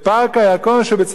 ופארק הירקון שבצפון תל-אביב,